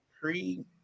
pre